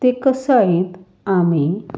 ते कसायंत आमी